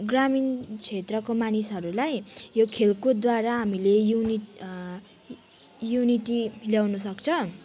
ग्रामीण क्षेत्रको मानिसहरूलाई यो खेलकुदद्वारा हामीले युनिट युनिटी ल्याउन सक्छ